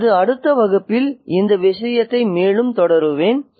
எனது அடுத்த வகுப்பில் இந்த விஷயத்தை மேலும் தொடருவேன்